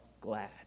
glad